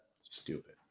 Stupid